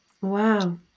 Wow